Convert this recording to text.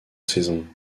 saison